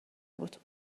بود